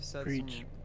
preach